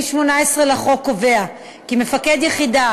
1. סעיף 18 לחוק קובע כי מפקד יחידה